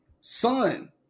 son